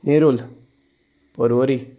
निरुल पवरी